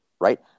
right